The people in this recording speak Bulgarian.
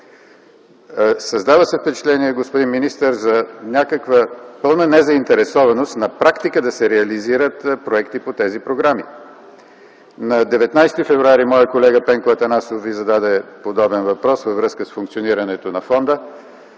Създава се впечатление, господин министър, за някаква пълна незаинтересованост на практика да се реализират проекти по тези програми. На 19 февруари т.г. моят колега Пенко Атанасов Ви зададе подобен въпрос във връзка с функционирането на фонда,